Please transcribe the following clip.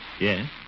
Yes